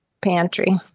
pantry